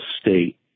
state